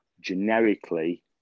generically